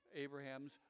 Abraham's